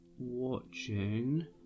Watching